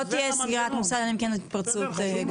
לא תהיה סגירת מוסד, אלא אם כן ההתפרצות גדלה.